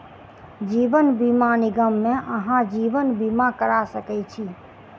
जीवन बीमा निगम मे अहाँ जीवन बीमा करा सकै छी